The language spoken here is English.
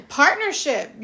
partnership